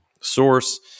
source